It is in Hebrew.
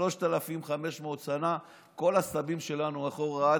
שלושת אלפים וחמש מאות שנה כל הסבים שלנו אחורה,